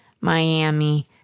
Miami